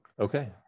Okay